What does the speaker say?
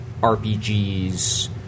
RPGs